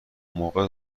موقع